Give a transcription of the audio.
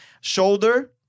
Shoulder